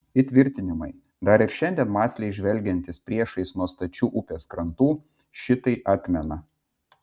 įtvirtinimai dar ir šiandien mąsliai žvelgiantys priešais nuo stačių upės krantų šitai atmena